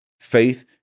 faith